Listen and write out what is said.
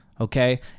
Okay